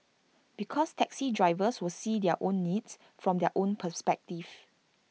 because taxi drivers will see their own needs from their own perspective